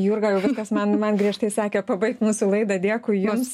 jurga kas man man griežtai sakė pabaigt mūsų laidą dėkui jums